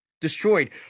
destroyed